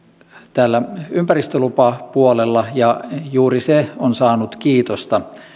täällä ympäristölupapuolella ja juuri se on saanut kiitosta